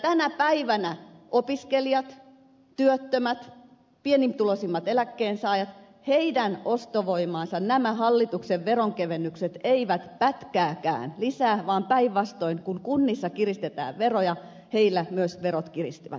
tänä päivänä opiskelijat työttömät pienituloisimmat eläkkeensaajat heidän ostovoimaansa nämä hallituksen veronkevennykset eivät pätkääkään lisää vaan päinvastoin kun kunnissa kiristetään veroja heillä myös verot kiristyvät